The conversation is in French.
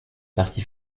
parti